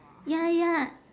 ya ya